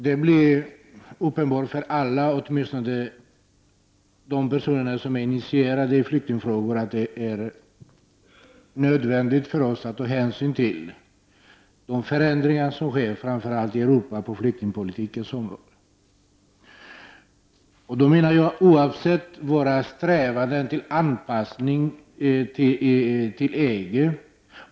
Det är uppenbart för alla, åtminstone för de personer som är initierade i flyktingfrågor, att det är nödvändigt för oss att ta hänsyn till de förändringar som sker på flyktingpolitikens område i framför allt Europa, och det oavsett våra strävanden till anpassning till EG.